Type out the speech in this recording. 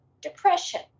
depression